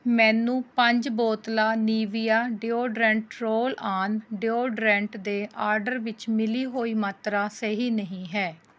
ਮੈਨੂੰ ਪੰਜ ਬੋਤਲਾਂ Nivea deodorant roll on deodorant ਦੇ ਆਰਡਰ ਵਿੱਚ ਮਿਲੀ ਹੋਈ ਮਾਤਰਾ ਸਹੀ ਨਹੀਂ ਹੈ